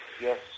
yes